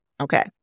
Okay